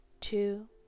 two